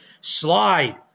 slide